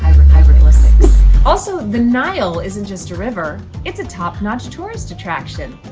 hieroglyphics. also, the nile isn't just a river, it's a top notch tourist attraction.